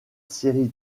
série